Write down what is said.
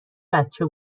بچه